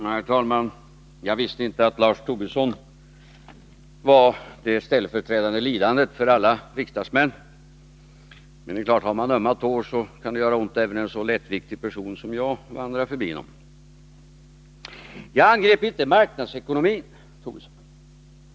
Herr talman! Jag visste inte att Lars Tobisson svarade för det ställföreträdande lidandet för alla riksdagsmän. Men har man ömma tår, så kan det naturligtvis göra ont även när en så lättviktig person som jag råkar trampa på dem. Jag angrep inte marknadsekonomin, Lars Tobisson.